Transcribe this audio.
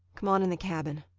come on in the cabin.